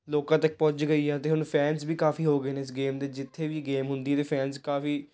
ਲੋਕਾਂ ਤੱਕ ਪਹੁੰਚ ਗਈ ਆ ਅਤੇ ਹੁਣ ਫੈਨਸ ਵੀ ਕਾਫੀ ਹੋ ਗਏ ਨੇ ਇਸ ਗੇਮ ਦੇ ਜਿੱਥੇ ਵੀ ਇਹ ਗੇਮ ਹੁੰਦੀ ਹੈ ਇਹਦੇ ਫੈਨਸ ਕਾਫੀ